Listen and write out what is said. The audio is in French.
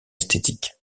esthétiques